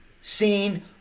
seen